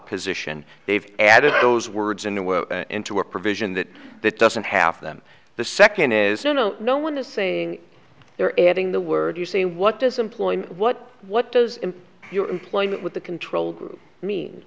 position they've added those words in a way into a provision that that doesn't have them the second is you know no one is saying they're adding the word you saying what does employment what what does your employment with the control group mean